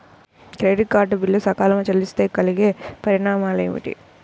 Credit card bill సకాలంలో చెల్లిస్తే కలిగే పరిణామాలేమిటి?